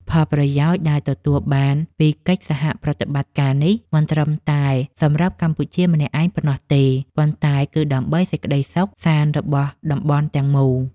ផលប្រយោជន៍ដែលទទួលបានពីកិច្ចសហប្រតិបត្តិការនេះ មិនត្រឹមតែសម្រាប់កម្ពុជាម្នាក់ឯងប៉ុណ្ណោះទេ ប៉ុន្តែ គឺដើម្បីសេចក្តីសុខសាន្តរបស់តំបន់ទាំងមូល។